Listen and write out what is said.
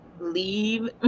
leave